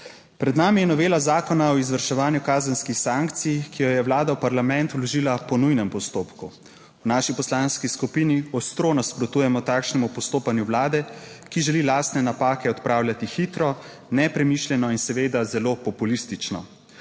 Pred nami je novela Zakona o izvrševanju kazenskih sankcij, ki jo je Vlada v parlament vložila po nujnem postopku. V naši poslanski skupini ostro nasprotujemo takšnemu postopanju Vlade, ki želi lastne napake odpravljati hitro, nepremišljeno in seveda zelo populistično.